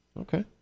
Okay